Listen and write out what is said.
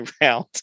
round